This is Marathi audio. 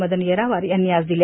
मदन येरावार यांनी आज दिल्या